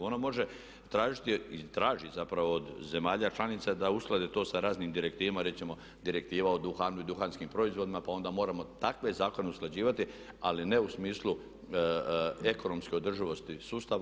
Ona može tražiti i traži zapravo od zemalja članica da usklade to sa raznim direktivama, recimo Direktiva o duhanu i duhanskim proizvodima pa onda moramo takve zakone usklađivati ali ne u smislu ekonomske održivosti sustava.